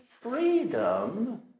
freedom